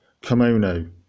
kimono